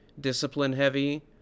discipline-heavy